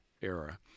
era